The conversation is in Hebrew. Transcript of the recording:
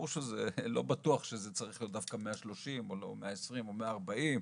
ולא בטוח שזה צריך להיות דווקא 130 ולא 120 או 140,